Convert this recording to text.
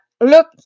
look